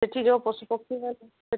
ସେଇଠି ଯେଉଁ ପଶୁପକ୍ଷୀମାନେ ସେ